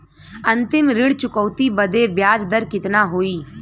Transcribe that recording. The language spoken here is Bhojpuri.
अंतिम ऋण चुकौती बदे ब्याज दर कितना होई?